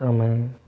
समय